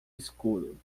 escuro